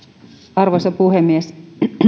arvoisa puhemies